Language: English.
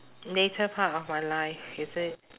later part of my life is it